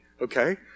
okay